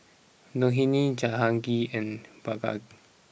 Dhoni Jehangirr and Bhagat